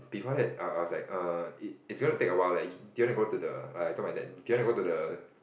before that uh I was err it it's going to take a while leh do you want to go to the like I told my dad do you want to go to the